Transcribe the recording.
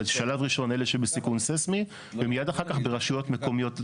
בשלב הראשון אלה שבסיכון ססמי ומיד אחר כך ברשויות מקומיות נוספות.